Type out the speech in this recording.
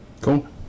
cool